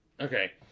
okay